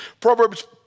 Proverbs